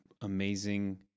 amazing